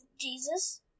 Jesus